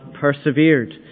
persevered